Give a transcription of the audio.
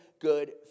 good